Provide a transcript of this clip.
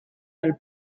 pel